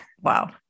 Wow